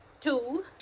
Two